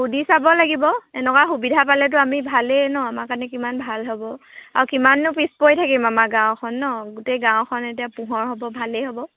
সুধি চাব লাগিব এনেকুৱা সুবিধা পালেতো আমি ভালেই ন আমাৰ কাৰণে কিমান ভাল হ'ব আৰু কিমানো পিছ পৰি থাকিম আমাৰ গাঁওখন ন গোটেই গাঁওখন এতিয়া পোহৰ হ'ব ভালেই হ'ব